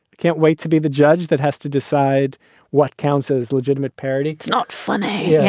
can't wait to be the judge that has to decide what counts as legitimate parody. it's not funny. yeah